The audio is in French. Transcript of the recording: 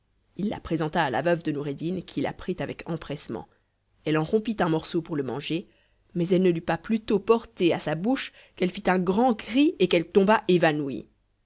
il la présenta à la veuve de noureddin qui la prit avec empressement elle en rompit un morceau pour le manger mais elle ne l'eut pas plus tôt porté à sa bouche qu'elle fit un grand cri et qu'elle tomba évanouie